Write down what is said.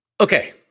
Okay